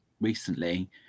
recently